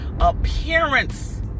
appearance